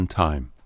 time